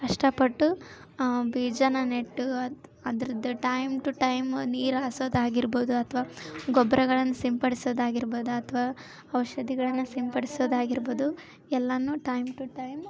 ಕಷ್ಟಪಟ್ಟು ಬೀಜಾನ ನೆಟ್ಟು ಅದು ಅದರದ್ದು ಟೈಮ್ ಟು ಟೈಮ್ ನೀರಾಸೋದಾಗಿರ್ಬೋದು ಅಥವಾ ಗೊಬ್ಬರಗಳನ್ನು ಸಿಂಪಡಿಸೋದಾಗಿರ್ಬೋದು ಅಥವಾ ಔಷಧಿಗಳನ್ನ ಸಿಂಪಡಿಸೋದಾಗಿರ್ಬೋದು ಎಲ್ಲಾನೂ ಟೈಮ್ ಟು ಟೈಮ್